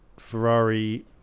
Ferrari